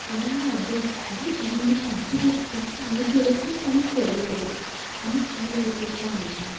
ఎవరైనా అడ్డు వస్తే అరే ఈవిడ అడ్డు వచ్చింది అందుకే ఈ రోజు నా పని జరగలేదు అని ఫీల్ అయిపోతూ ఉంటారు